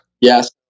Yes